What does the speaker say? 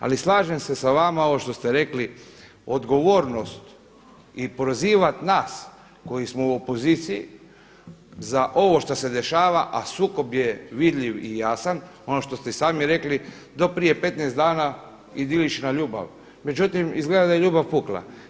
Ali slažem se sa vama ovo što ste rekli, odgovornost i prozivati nas koji smo u opoziciji za ovo što se dešava a sukob je vidljiv i jasan, ono što ste i sami rekli do prije 15 dana idilična ljubav, međutim izgleda da je ljubav pukla.